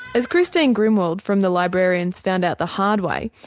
as christine grimwood from the librarians found out the hard way,